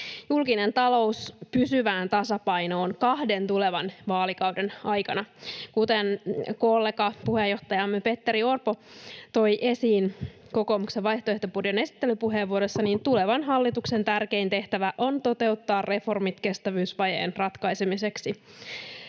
julkisen talouden pysyvään tasapainoon kahden tulevan vaalikauden aikana. Kuten kollega, puheenjohtajamme Petteri Orpo toi esiin kokoomuksen vaihtoehtobudjetin esittelypuheenvuorossa, tulevan hallituksen tärkein tehtävä on toteuttaa reformit kestävyysvajeen ratkaisemiseksi.